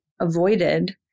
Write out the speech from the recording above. avoided